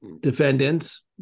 defendants